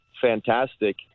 fantastic